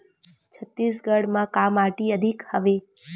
छत्तीसगढ़ म का माटी अधिक हवे?